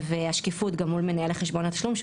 והשקיפות גם מול מנהל חשבון התשלום שהוא